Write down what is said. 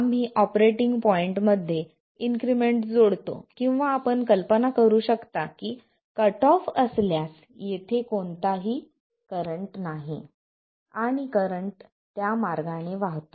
आम्ही ऑपरेटिंग पॉईंटमध्ये इन्क्रिमेंट जोडतो किंवा आपण कल्पना करू शकता की कट ऑफ असल्यास येथे कोणताही करंट नाही आणि करंट त्या मार्गाने वाहतो